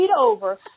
over